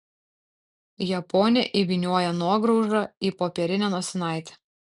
japonė įvynioja nuograužą į popierinę nosinaitę